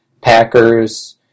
Packers